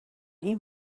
این